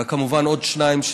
וכמובן, עוד שניים,